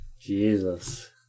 jesus